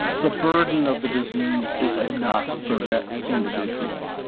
ah the burden of the disease is enough for that individual.